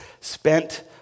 spent